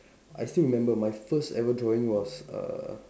I still remember my first ever drawing was uh